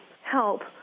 help